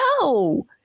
No